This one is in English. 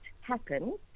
happen